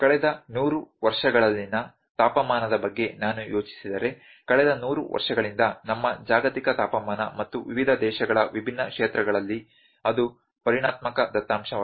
ಕಳೆದ ನೂರು ವರ್ಷಗಳಲ್ಲಿನ ತಾಪಮಾನದ ಬಗ್ಗೆ ನಾನು ಯೋಚಿಸಿದರೆ ಕಳೆದ ನೂರು ವರ್ಷಗಳಿಂದ ನಮ್ಮ ಜಾಗತಿಕ ತಾಪಮಾನ ಮತ್ತು ವಿವಿಧ ದೇಶಗಳ ವಿಭಿನ್ನ ಕ್ಷೇತ್ರಗಳಲ್ಲಿ ಅದು ಪರಿಮಾಣಾತ್ಮಕ ದತ್ತಾಂಶವಾಗಿದೆ